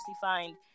find